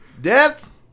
Death